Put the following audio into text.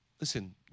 Listen